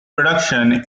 production